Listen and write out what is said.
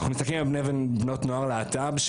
אנחנו מסתכלים על בני נוער להט"ב,